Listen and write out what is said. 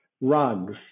rugs